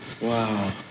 Wow